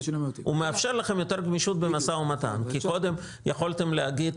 הוא מאפשר לכם יותר גמישות במשא ומתן כי קודם יכולתם להגיד